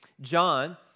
John